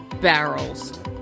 Barrels